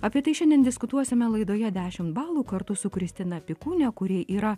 apie tai šiandien diskutuosime laidoje dešimt balų kartu su kristina pikūne kuri yra